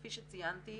כפי שציינתי,